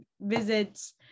visits